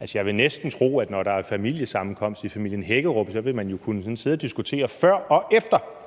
Altså, jeg vil jo næsten tro, at når der er familiesammenkomst i familien Hækkerup, vil man sådan kunne sidde og diskutere et før og et efter.